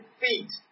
feet